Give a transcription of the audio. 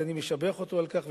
ואני משבח אותו על כך,